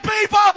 people